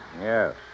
Yes